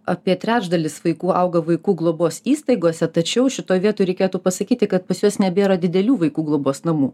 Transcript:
apie trečdalis vaikų auga vaikų globos įstaigose tačiau šitoj vietoj reikėtų pasakyti kad pas juos nebėra didelių vaikų globos namų